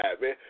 man